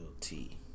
tea